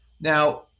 Now